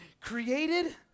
Created